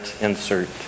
insert